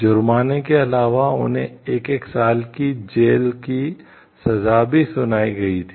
जुर्माने के अलावा उन्हें एक एक साल की जेल की सजा भी सुनाई गई थी